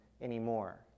anymore